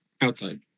Outside